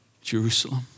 Jerusalem